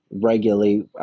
Regularly